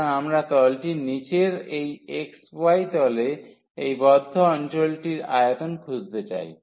সুতরাং আমরা তলটির নীচের এই xy তলে এই বদ্ধ অঞ্চলটির আয়তন খুঁজতে চাই